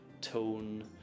tone